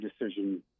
decision